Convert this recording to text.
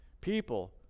People